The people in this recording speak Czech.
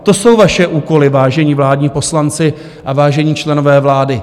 To jsou vaše úkoly, vážení vládní poslanci a vážení členové vlády.